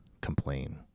complain